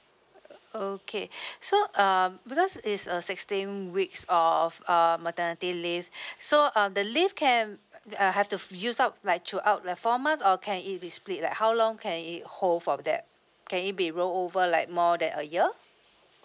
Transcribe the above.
okay so um because is a sixteen weeks of uh maternity leave so um the leave can uh have to use up like throughout the four months or can it be split like how long can it hold for that can it be roll over like more than a year